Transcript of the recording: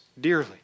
dearly